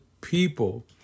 people